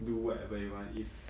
do whatever you want if